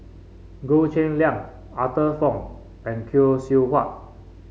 Goh Cheng Liang Arthur Fong and Khoo Seow Hwa